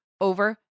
over